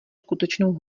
skutečnou